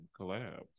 collabs